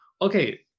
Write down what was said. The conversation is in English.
Okay